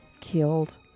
killed